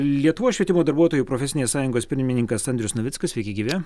lietuvos švietimo darbuotojų profesinės sąjungos pirmininkas andrius navickas sveiki gyvi